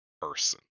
Person